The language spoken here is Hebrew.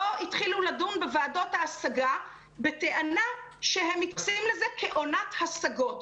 לא התחילו לדון בוועדות ההשגה בטענה שהם מתייחסים לזה כאל עונת השגות,